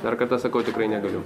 dar kartą sakau tikrai negaliu